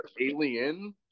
Alien